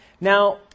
Now